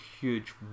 huge